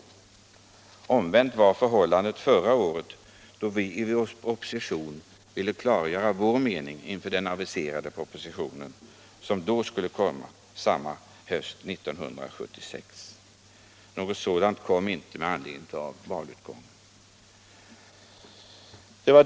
Förra året var förhållandet det omvända — då ville vi i opposition klargöra vår mening inför den proposition som hade aviserats till hösten 1976. På grund av valutgången kom den emellertid inte.